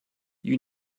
you